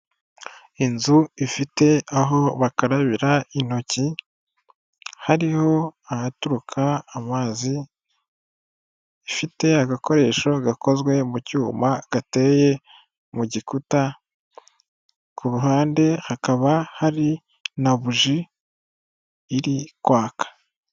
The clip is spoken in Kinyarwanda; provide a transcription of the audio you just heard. Inzu ifite aho bakarabira intoki hariho ahaturuka amazi ifite agakoresho gakozwe mu cyuma gateye mu gikuta, ku ruhande hakaba hari na buji iri kwaka.